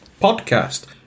podcast